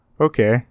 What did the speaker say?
okay